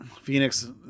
Phoenix